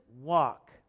walk